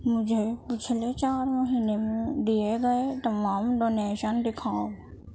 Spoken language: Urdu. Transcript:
مجھے پچھلے چار مہینے میں دیے گئے تمام ڈونیشن دکھاؤ